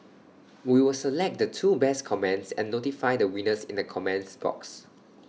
we will select the two best comments and notify the winners in the comments box